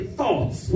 thoughts